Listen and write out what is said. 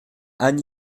anne